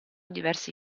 diversi